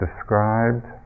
described